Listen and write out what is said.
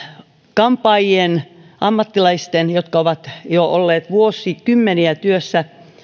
kampaajien ammattilaiset jotka ovat jo olleet vuosikymmeniä työssä